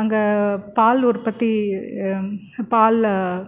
அங்கே பால் உற்பத்தி பாலில்